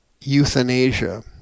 euthanasia